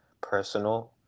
personal